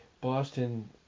Boston